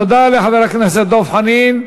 תודה לחבר הכנסת דב חנין.